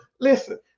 listen